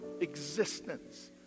existence